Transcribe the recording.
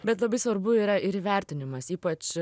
bet labai svarbu yra ir įvertinimas ypač